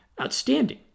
outstanding